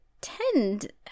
tend